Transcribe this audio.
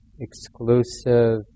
exclusive